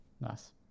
Nice